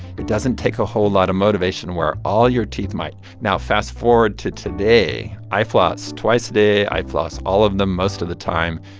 it doesn't take a whole lot of motivation where all your teeth might. now fast forward to today. i floss twice a day. i floss all of them most of the time,